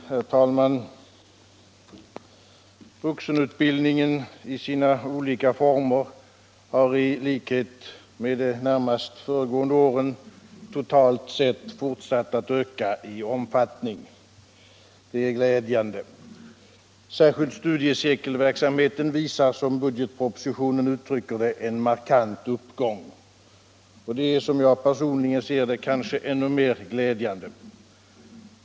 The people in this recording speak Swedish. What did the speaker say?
Herr talman! Vuxenutbildningen i sina olika former har i likhet med de närmaste föregående åren totalt sett fortsatt att öka i omfattning. Det är glädjande. Särskilt studiecirkelverksamheten visar, som budgetpropositionen uttrycker det, en markant uppgång. Det är som jag personligen ser det kanske ännu mer glädjande.